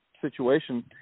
situation